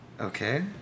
Okay